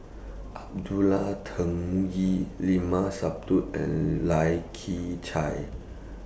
Abdullah Tarmugi Limat Sabtu and Lai Kew Chai